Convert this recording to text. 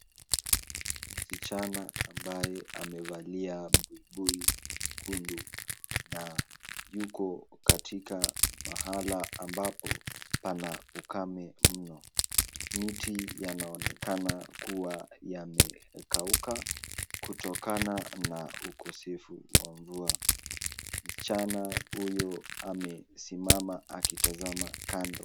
Msichana ambaye amevalia buibui nyekundu na yuko katika pahala ambapo pana ukame mno. Miti yanaonekana kuwa yamekauka, kutokana na ukosefu wa mvua. Msichana huyu amesimama akitazama kando.